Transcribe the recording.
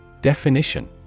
Definition